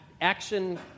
action